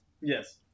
Yes